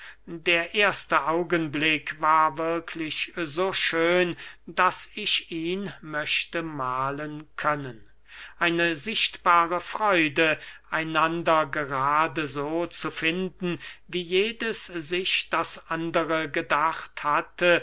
der erste augenblick war wirklich so schön daß ich ihn möchte mahlen können eine sichtbare freude einander gerade so zu finden wie jedes sich das andere gedacht hatte